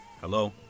Hello